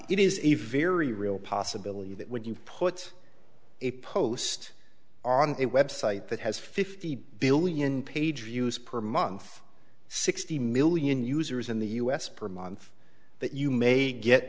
is a very real possibility that would you put a post on it website that has fifty billion page views per month sixty million users in the u s per month that you may get